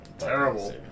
Terrible